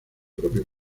propio